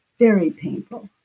very painful.